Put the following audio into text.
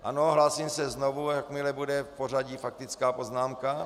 Ano, hlásím se znovu, jakmile bude v pořadí faktická poznámka.